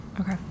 Okay